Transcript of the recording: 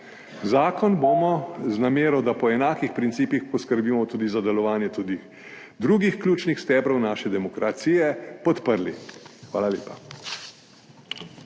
Zakon bomo z namero, da po enakih principih poskrbimo tudi za delovanje tudi drugih ključnih stebrov naše demokracije podprli. Hvala lepa.